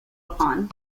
upon